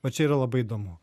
va čia yra labai įdomu